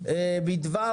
בדבר